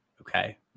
okay